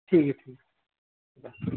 ٹھیک ہے ٹھیک ہے خدا حافظ